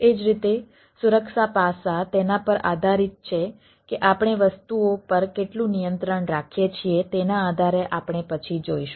એ જ રીતે સુરક્ષા પાસા તેના પર આધારિત છે કે આપણે વસ્તુઓ પર કેટલું નિયંત્રણ રાખીએ છીએ તેના આધારે આપણે પછી જોઈશું